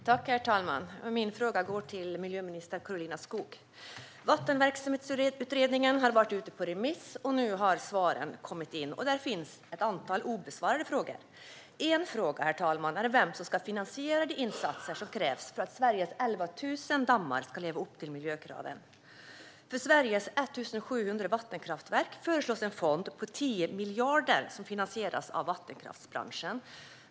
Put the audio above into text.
Herr talman! Min fråga går till miljöminister Karolina Skog. Vattenverksamhetsutredningen har varit ute på remiss, och nu har svaren kommit in. Där finns ett antal obesvarade frågor. En fråga, herr talman, är vem som ska finansiera de insatser som krävs för att Sveriges 11 000 dammar ska leva upp till miljökraven. För Sveriges 1 700 vattenkraftverk föreslås en fond på 10 miljarder som finansieras av vattenkraftsbranschen.